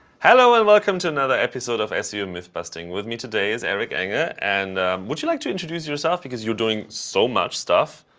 hello and welcome to another episode of seo mythbusting. with me today is eric enge. and and would you like to introduce yourself? because you're doing so much stuff.